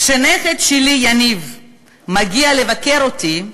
כשהנכד שלי יניב מגיע לבקר אותי,